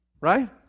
right